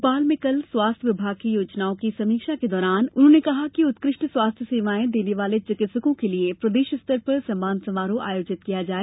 भोपाल में कल स्वास्थ्य विभाग की योजनाओं की समीक्षा के दौरान उन्होंने कहा कि उत्कृष्ट स्वास्थ्य सेवाएँ देने वाले चिकित्सकों के लिये प्रदेश स्तर पर सम्मान समारोह आयोजित किया जाए